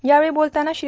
यावेळी बोलताना श्री